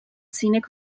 scenic